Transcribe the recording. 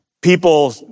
people